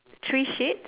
three shade~